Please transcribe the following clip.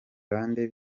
bande